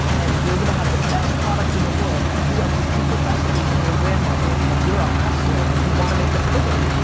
and you're gonna have the best product in the world, and you have a secret recipe from your grandmother, and you're a hustler, and you want to make a pudding,